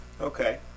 Okay